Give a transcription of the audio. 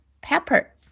pepper